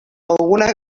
alguna